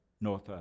North